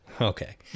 Okay